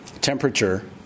temperature